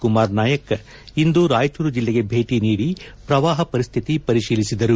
ಕುಮಾರ್ ನಾಯಕ್ ಇಂದು ರಾಯಚೂರು ಜಿಲ್ಲೆಗೆ ಭೇಟಿ ನೀಡಿ ಪ್ರವಾಹ ಪರಿಸ್ಥಿತಿ ಪರಿಶೀಲಿಸಿದರು